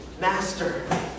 Master